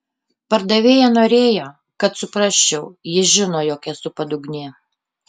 pardavėja norėjo kad suprasčiau ji žino jog esu padugnė